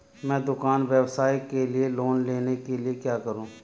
मैं दुकान व्यवसाय के लिए लोंन लेने के लिए क्या करूं?